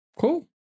Cool